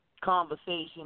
conversation